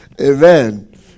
Amen